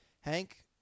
Hank